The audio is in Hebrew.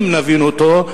אם נבין אותו,